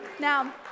Now